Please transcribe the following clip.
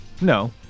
no